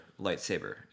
lightsaber